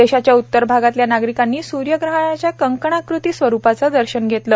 देशाच्या उत्तर भागातल्या नागरिकांना सूर्यग्रहणाच्या कंकणाकृती स्वरुपाचं दर्शन घेता आलं